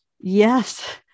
Yes